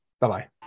bye-bye